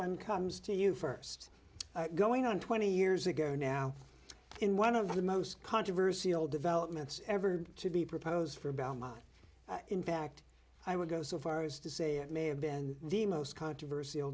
one comes to you first going on twenty years ago now in one of the most controversial developments ever to be proposed for belmont in fact i would go so far as to say it may have been the most controvers